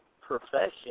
profession